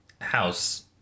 house